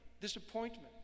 disappointment